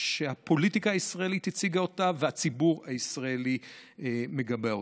שהפוליטיקה הישראלית הציגה אותה והציבור הישראלי מגבה אותה.